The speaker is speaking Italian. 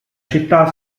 città